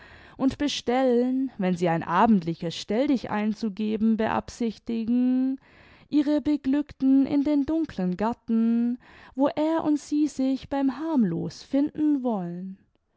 und bestellen wenn sie ein abendliches stelldichein zu geben beabsichtigen ihre beglückten in den dunklen garten wo er und sie sich beim harmlos finden wollen